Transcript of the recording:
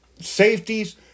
safeties